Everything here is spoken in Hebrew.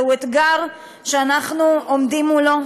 זהו אתגר שאנחנו עומדים מולו,